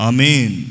Amen